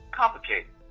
complicated